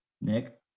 Nick